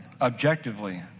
objectively